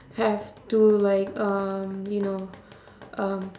have to like um you know um